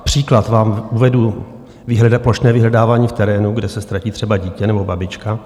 Příklad vám uvedu plošné vyhledávání v terénu, kde se ztratí třeba dítě nebo babička.